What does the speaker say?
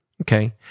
okay